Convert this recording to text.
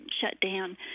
shutdown